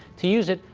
to use it,